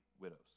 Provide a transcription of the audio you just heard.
widows